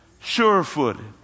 Sure-footed